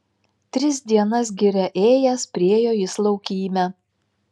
tris dienas giria ėjęs priėjo jis laukymę